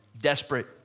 desperate